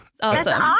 Awesome